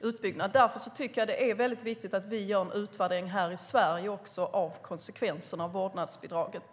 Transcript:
utbyggnad. Därför tycker jag att det är viktigt att göra en utvärdering också här i Sverige av konsekvenserna av vårdnadsbidraget.